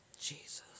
Jesus